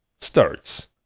starts